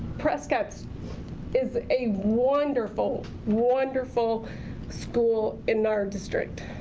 prescott's is a wonderful, wonderful school in our district.